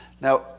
Now